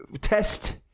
test